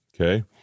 Okay